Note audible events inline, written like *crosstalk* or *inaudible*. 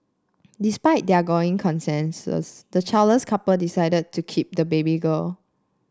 despite their gnawing *unintelligible* the childless couple decide to keep the baby girl